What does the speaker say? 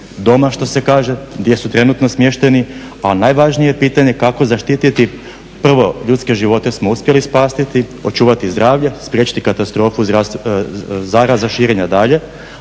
doma što se kaže gdje su trenutno smješteni. A najvažnije je pitanje kako zaštititi, prvo ljudske živote smo uspjeli spasiti, očuvati zdravlje, spriječiti katastrofu zaraza širenja dalje